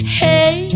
hey